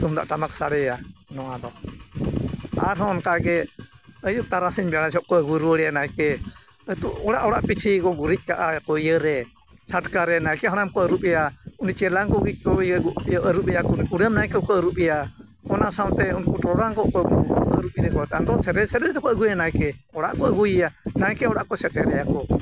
ᱛᱩᱢᱫᱟᱜ ᱴᱟᱢᱟᱠ ᱥᱟᱰᱮᱭᱟ ᱱᱚᱣᱟᱫᱚ ᱟᱨ ᱦᱚᱸ ᱚᱱᱠᱟᱜᱮ ᱟᱹᱭᱩᱵ ᱛᱟᱨᱟᱥᱤᱧ ᱵᱮᱲᱟ ᱡᱚᱠᱷᱚᱱ ᱠᱚ ᱟᱹᱜᱩ ᱨᱩᱣᱟᱹᱲᱮᱭᱟ ᱱᱟᱭᱠᱮ ᱟᱹᱛᱩ ᱚᱲᱟᱜ ᱚᱲᱟᱜ ᱯᱤᱪᱷᱤ ᱠᱚ ᱜᱩᱨᱤᱡ ᱠᱟᱜᱼᱟ ᱤᱭᱟᱹ ᱨᱮ ᱪᱷᱟᱴᱠᱟᱨᱮ ᱱᱟᱭᱠᱮ ᱦᱟᱲᱟᱢ ᱠᱚ ᱟᱹᱨᱩᱵᱮᱭᱟ ᱩᱱᱤ ᱪᱮᱞᱟᱝ ᱜᱚᱜᱚᱤ ᱫᱚ ᱟᱹᱨᱩᱵᱮᱭᱟ ᱩᱱᱤ ᱠᱩᱰᱟᱹᱢ ᱱᱟᱭᱠᱮ ᱠᱚ ᱟᱹᱨᱩᱵᱮᱭᱟ ᱚᱱᱟ ᱥᱟᱶᱛᱮ ᱩᱱᱠᱩ ᱴᱚᱨᱚᱰᱟᱝ ᱜᱚᱜ ᱠᱚ ᱟᱨᱩᱵᱮᱭᱟ ᱟᱫᱚ ᱥᱮᱨᱮᱧ ᱥᱮᱨᱮᱧ ᱛᱮᱠᱚ ᱟᱹᱜᱩᱭᱮᱭᱟ ᱱᱟᱭᱠᱮ ᱚᱲᱟᱜ ᱠᱚ ᱟᱹᱜᱩᱭᱮᱭᱟ ᱱᱟᱭᱠᱮ ᱚᱲᱟᱜ ᱠᱚ ᱥᱮᱴᱮᱨᱮᱭᱟ ᱠᱚ